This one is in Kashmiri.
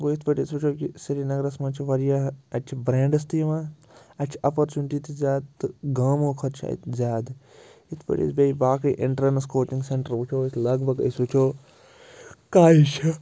گوٚو یِتھ پٲٹھۍ أسۍ وٕچھو کہِ سرینگرَس منٛز چھِ واریاہ اَتہِ چھُ برٛینٛڈٕس تہِ یِوان اَتہِ چھُ اَپرچُنٹی تہِ زیادٕ تہٕ گامو کھۄتہٕ چھِ اَتہِ زیادٕ یِتھ پٲٹھۍ أسۍ بیٚیہِ باقٕے اِنٹرٛینٕس کوچِنٛگ سٮ۪نٛٹَر وٕچھو أسۍ لگ بگ أسۍ وٕچھو کایہِ چھےٚ